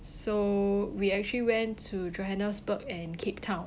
so we actually went to johannesburg and cape town